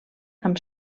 amb